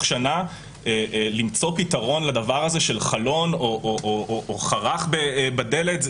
שנה למצוא פתרון לחלון או חרך בדלת.